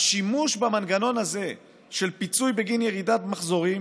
השימוש במנגנון הזה של פיצוי בגין ירידת מחזורים